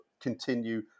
continue